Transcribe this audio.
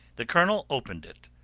the colonel opened it,